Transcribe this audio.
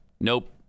Nope